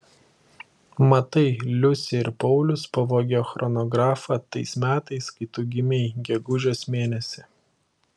matai liusė ir paulius pavogė chronografą tais metais kai tu gimei gegužės mėnesį